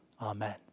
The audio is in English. amen